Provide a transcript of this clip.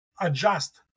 adjust